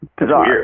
bizarre